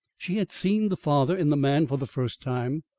she had seen the father in the man for the first time,